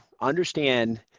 understand